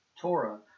Torah